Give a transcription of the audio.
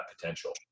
potential